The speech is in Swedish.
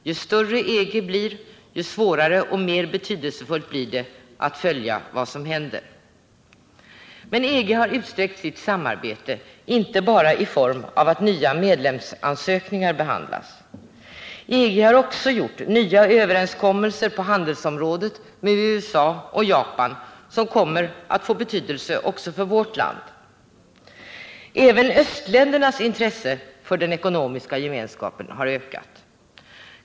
Ju större EG blir, desto svårare och mer betydelsefullt blir det att följa vad som händer. EG har utsträckt sitt samarbete, inte bara i form av att nya medlemsansökningar behandlas. EG har också gjort nya överenskommelser på handelsområdet med USA och Japan, vilka kommer att få betydelse också för vårt land. Även östländernas intresse av den ekonomiska gemenskapen har ökat.